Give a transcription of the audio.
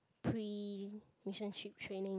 pre mission trip training